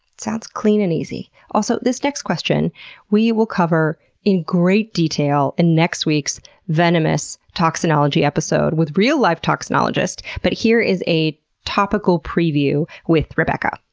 sounds clean and easy. also, this next question we will cover in great detail in next week's venomous toxinology episode, with real-life toxinologist, but here is a topical preview with rebecca.